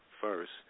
first